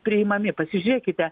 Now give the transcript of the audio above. priimami pasižiūrėkite